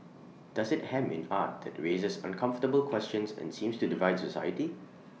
does IT hem in art that raises uncomfortable questions and seems to divide society